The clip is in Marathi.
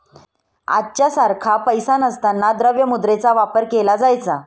आजच्या सारखा पैसा नसताना द्रव्य मुद्रेचा वापर केला जायचा